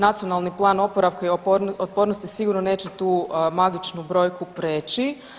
Nacionalni plan oporavka i otpornosti sigurno neće tu magičnu brojku prijeći.